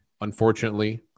unfortunately